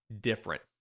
different